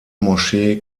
moschee